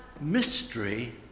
mystery